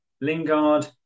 Lingard